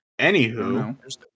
Anywho